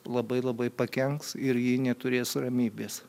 labai labai pakenks ir ji neturės ramybės